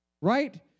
Right